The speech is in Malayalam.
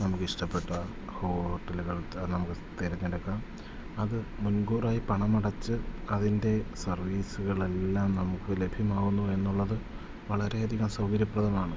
നമുക്ക് ഇഷ്ടപ്പെട്ട ഹോട്ടലുകൾ നമുക്ക് തിരഞ്ഞെടുക്കാം അത് മുൻകൂറായി പണമടച്ചു അതിൻ്റെ സർവീസുകളെല്ലാം നമുക്ക് ലഭ്യമാകുന്നു എന്നുള്ളത് വളരെ അധികം സൗകര്യപ്രദമാണ്